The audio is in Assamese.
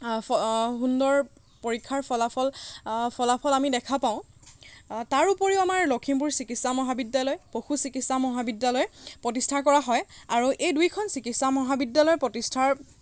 সুন্দৰ পৰীক্ষাৰ ফলাফল ফলাফল আমি দেখা পাওঁ তাৰোপৰিও আমাৰ লখিমপুৰ চিকিৎসা মহাবিদ্যালয় পশু চিকিৎসা মহাবিদ্যালয় প্ৰতিষ্ঠা কৰা হয় আৰু এই দুয়োখন চিকিৎসা মহাবিদ্যালয়ৰ প্ৰতিষ্ঠাৰ